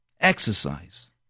Exercise